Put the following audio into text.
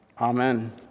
Amen